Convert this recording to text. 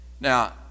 now